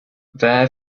there